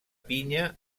pinya